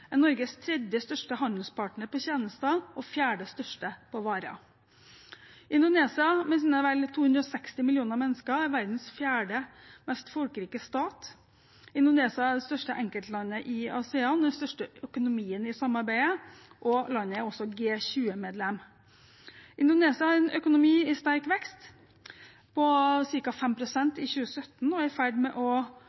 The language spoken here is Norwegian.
er Norges tredje største handelspartner innenfor tjenester og den fjerde største innenfor varer. Indonesia er med sine vel 260 millioner mennesker verdens fjerde mest folkerike stat. Indonesia er det største enkeltlandet i ASEAN og den største økonomien i samarbeidet, og landet er også G20-medlem. Indonesia har en økonomi i sterk vekst, på